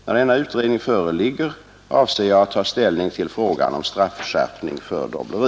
När denna utredning föreligger, avser jag att ta ställning till frågan om straffskärpning för dobbleri.